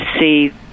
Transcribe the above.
see